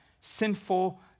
sinful